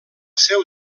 seu